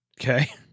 Okay